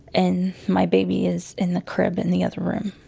and my baby is in the crib in the other room.